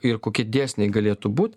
ir kokie dėsniai galėtų būt